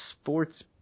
sports